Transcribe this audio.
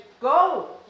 go